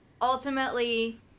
ultimately